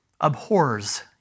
abhors